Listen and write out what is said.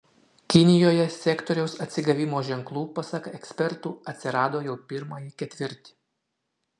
kinijoje sektoriaus atsigavimo ženklų pasak ekspertų atsirado jau pirmąjį ketvirtį